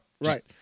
Right